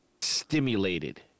stimulated